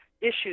issues